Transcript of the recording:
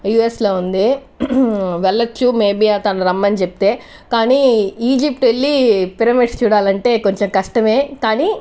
యుఎస్లో ఉంది వెళ్ళచ్చు మేబీ తను రమ్మని చెప్తే కానీ ఈజిప్ట్ వెళ్లి పిరమిడ్స్ చూడాలంటే కొంచెం కష్టమే కానీ